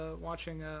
watching